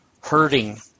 hurting